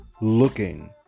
looking